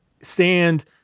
sand